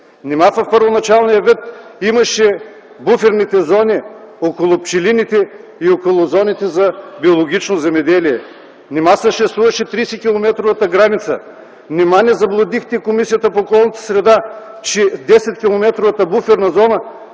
Нима в първоначалния вид имаше буферните зони около пчелините и около зоните за биологично земеделие? Нима съществуваше 30 километровата граница? Нима не заблудихте Комисията по околната среда, че 10-километровата буферна зона